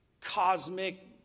cosmic